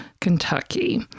Kentucky